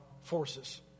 forces